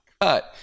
cut